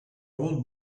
want